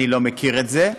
אני לא מכיר את זה,